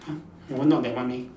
my one not that one leh